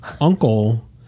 uncle